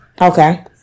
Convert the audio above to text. Okay